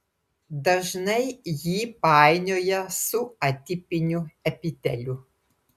dažnai jį painioja su atipiniu epiteliu